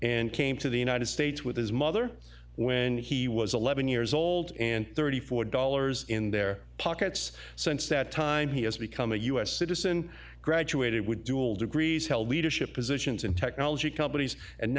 and came to the united states with his mother when he was eleven years old and thirty four dollars in their pockets since that time he has become a u s citizen graduated with dual degrees held leadership positions in technology companies and